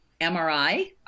MRI